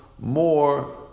more